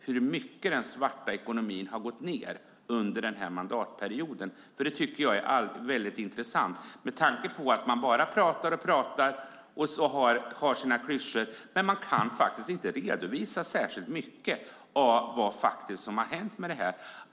Hur mycket har den svarta ekonomin minskat under denna mandatperiod? Det vore intressant att höra med tanke på att man pratar och pratar, kommer med sina klyschor, men kan inte redovisa särskilt mycket vad som faktiskt hänt.